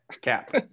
cap